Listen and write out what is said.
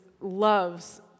loves